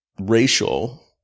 racial